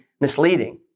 misleading